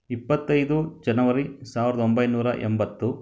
ಇಪ್ಪತ್ತೈದು ಜನವರಿ ಸಾವಿರದ ಒಂಬೈನೂರ ಎಂಬತ್ತು